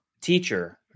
teacher